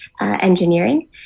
engineering